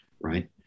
Right